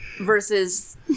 versus